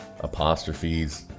apostrophes